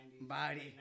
Body